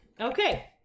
Okay